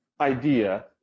idea